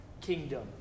kingdom